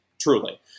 truly